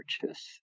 purchase